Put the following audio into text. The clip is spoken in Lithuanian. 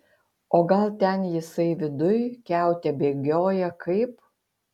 o gal ten jisai viduj kiaute bėgioja kaip